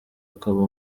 akaba